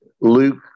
Luke